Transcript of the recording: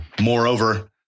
Moreover